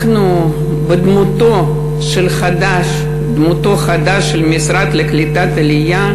דמותו החדשה של המשרד לקליטת העלייה,